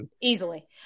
Easily